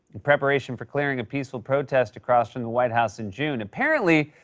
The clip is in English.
in preparation for clearing a peaceful protest across from the white house in june. apparently,